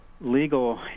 legal